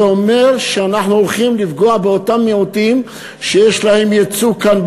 זה אומר שאנחנו הולכים לפגוע באותם מיעוטים שיש להם ייצוג כאן,